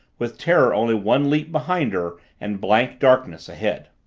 with terror only one leap behind her and blank darkness ahead.